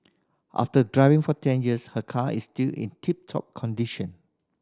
after driving for ten years her car is still in tip top condition